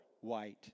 white